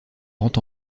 rend